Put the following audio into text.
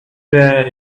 there